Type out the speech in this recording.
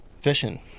fishing